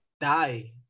die